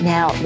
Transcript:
Now